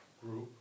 group